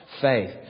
faith